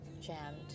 Jammed